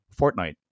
Fortnite